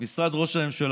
משרד ראש הממשלה,